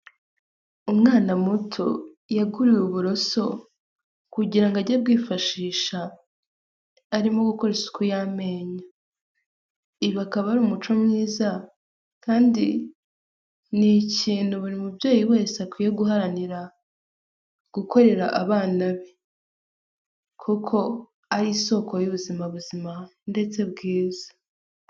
Umwana muto yaguriwe uburoso kugira ngo ajye abwifashisha arimo gukora isuku y'amenyo, ibi akaba ari umuco mwiza kandi ni ikintu buri mubyeyi wese akwiye guharanira gukorera abana be kuko ari isoko y'ubuzima buzima ndetse bwiza.